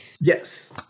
Yes